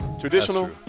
Traditional